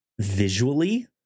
visually